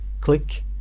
click